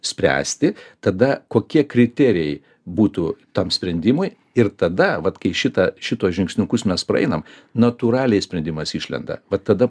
spręsti tada kokie kriterijai būtų tam sprendimui ir tada vat kai šita šituos žingsniukus mes praeinam natūraliai sprendimas išlenda vat tada